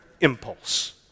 impulse